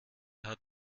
hat